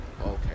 okay